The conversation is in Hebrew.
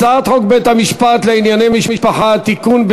הצעת חוק בית-המשפט לענייני משפחה (תיקון,